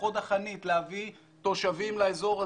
בחוד החנית להביא תושבים לאזור הזה,